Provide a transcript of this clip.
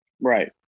Right